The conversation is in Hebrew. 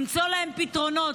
למצוא להם פתרונות,